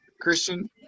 Christian